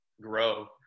grow